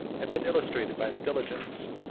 have been illustrated by the diligence,